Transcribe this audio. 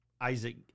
Isaac